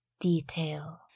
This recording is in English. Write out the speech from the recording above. detail